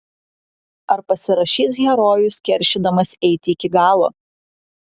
ar pasiryš herojus keršydamas eiti iki galo